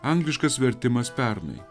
angliškas vertimas pernai